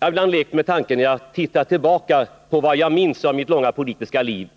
Jag har tittat tillbaka på vad jag minns av mitt långa politiska liv,